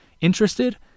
Interested